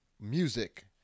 music